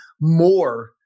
more